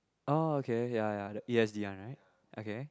orh okay ya ya the P_H_D one right okay